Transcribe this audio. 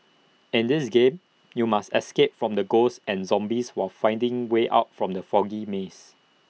in this game you must escape from the ghosts and zombies while finding way out from the foggy maze